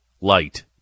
light